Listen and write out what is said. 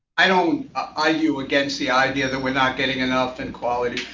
i don't argue against the idea that we're not getting enough in quality.